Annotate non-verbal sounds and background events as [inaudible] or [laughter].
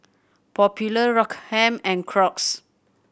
Popular [unintelligible] and Crocs